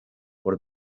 por